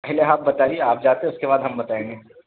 پہلے آپ بتائیے آپ جاتے ہیں اس کے بعد ہم بتائیں گے